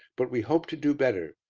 but we hoped to do better,